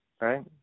right